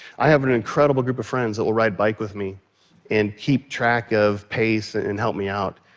i have an incredible group of friends that will ride bikes with me and keep track of pace and help me out.